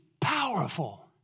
powerful